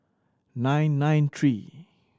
nine nine three